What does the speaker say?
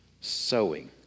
sowing